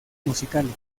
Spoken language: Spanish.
musicales